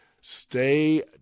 Stay